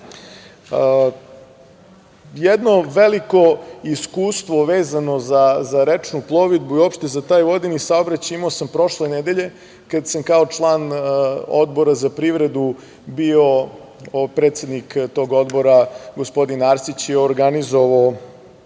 put. Jedno veliko iskustvo, vezano za rečnu plovidbu i uopšte za taj vodeni saobraćaj, imao sam prošle nedelje, kada sam kao član Odbora za privredu, bio predsednik tog Odbora, gospodin Arsić je organizovao